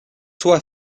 toi